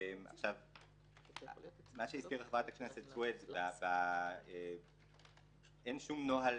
לגבי מה שהזכירה חברת הכנסת סויד - אין שום נוהל